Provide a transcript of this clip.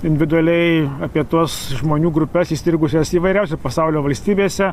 individualiai apie tuos žmonių grupes įstrigusias įvairiausia pasaulio valstybėse